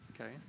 Okay